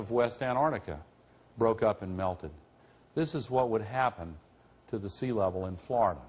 of west antarctica broke up and melted this is what would happen to the sea level in f